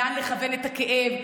לאן לכוון את הכאב,